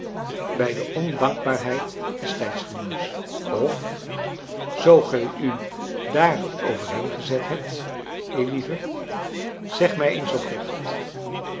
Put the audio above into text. bij de ondankbaarheid des tijdgenoots of zoo gij u dààr over heen gezet hebt eilieve zeg mij eens oprecht